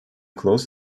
close